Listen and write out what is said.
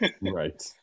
Right